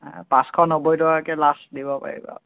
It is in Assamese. নাই পাঁচশ নব্বৈ টকাকৈ লাষ্ট দিব পাৰিম আৰু